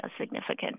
significant